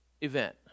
event